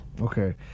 Okay